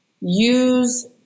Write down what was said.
use